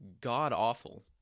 god-awful